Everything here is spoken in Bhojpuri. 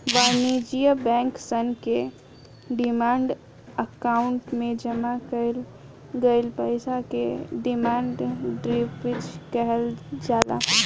वाणिज्य बैंक सन के डिमांड अकाउंट में जामा कईल गईल पईसा के डिमांड डिपॉजिट कहल जाला